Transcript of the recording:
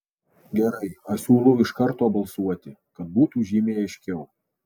gerai aš siūlau iš karto balsuoti kad būtų žymiai aiškiau